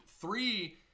Three